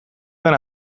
den